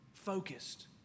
focused